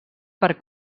per